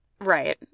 Right